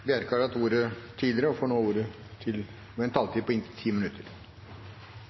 Fylkesnes har hatt ordet to ganger tidligere og får ordet til en